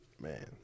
man